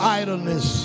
idleness